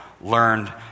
learned